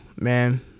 man